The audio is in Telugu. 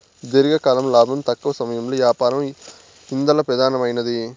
దీర్ఘకాలం లాబం, తక్కవ సమయంలో యాపారం ఇందల పెదానమైనవి